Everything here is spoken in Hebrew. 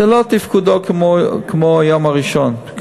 זה לא אותו תפקוד כמו ביום הראשון.